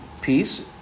peace